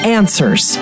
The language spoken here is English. answers